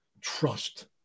trust